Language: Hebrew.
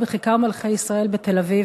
בכיכר מלכי-ישראל בתל-אביב,